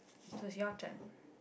so it's your turn